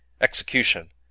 execution